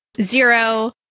zero